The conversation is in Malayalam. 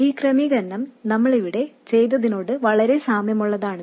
ഈ ക്രമീകരണം നമ്മൾ ഇവിടെ ചെയ്തതിനോട് വളരെ സാമ്യമുള്ളതാണ്